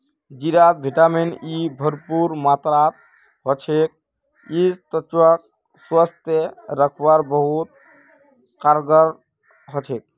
जीरात vitamin E भरपूर मात्रात ह छेक यई त्वचाक स्वस्थ रखवात बहुत कारगर ह छेक